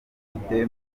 umudepite